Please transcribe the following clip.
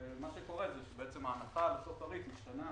ומה שקורה זה שההנחה לארצות-הברית משתנה